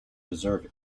deserve